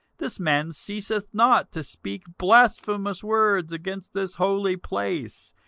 this man ceaseth not to speak blasphemous words against this holy place,